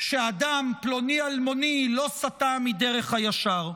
שאדם פלוני אלמוני לא סטה מדרך הישר.